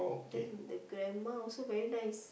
then the grandma also very nice